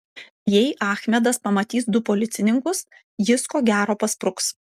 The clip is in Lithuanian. jei achmedas pamatys du policininkus jis ko gero paspruks